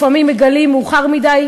לפעמים מגלים מאוחר מדי,